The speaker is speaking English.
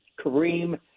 Kareem